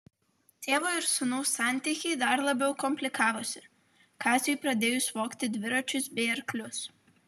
tėvo ir sūnaus santykiai dar labiau komplikavosi kaziui pradėjus vogti dviračius bei arklius